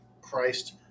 Christ